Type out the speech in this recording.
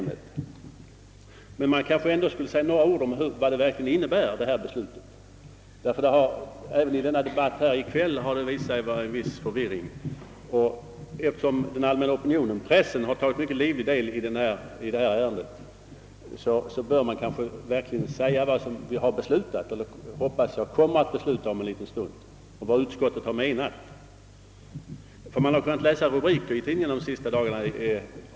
Men då det även i debatten här i kväll har visat sig råda en viss förvirring och då den allmänna opinionen och pressen har tagit mycket livlig del i diskussionen, bör jag kanske säga några ord om vad det beslut som — hoppas jag — kommer att fattas om en stund verkligen innebär och vad utskottet har menat. Man har kunnat läsa rubriker om agan i tidningarna under de senaste dagarna.